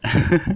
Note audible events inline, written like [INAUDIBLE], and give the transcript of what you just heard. [LAUGHS]